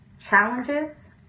Challenges